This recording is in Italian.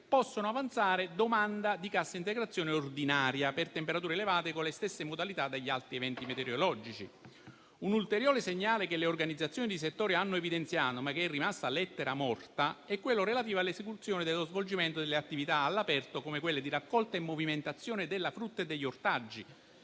possono avanzare domanda di cassa integrazione ordinaria per temperature elevate, con le stesse modalità degli altri eventi meteorologici. Un ulteriore segnale che le organizzazioni di settore hanno evidenziato, ma che è rimasta lettera morta, è quello relativo all'esecuzione e allo svolgimento delle attività all'aperto, come quelle di raccolta e movimentazione della frutta e degli ortaggi,